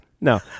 No